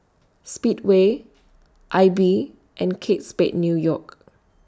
Speedway AIBI and Kate Spade New York